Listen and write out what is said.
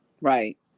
right